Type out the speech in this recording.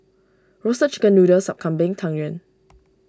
Roasted Chicken Noodle Sup Kambing Tang Yuen